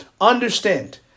Understand